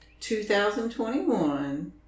2021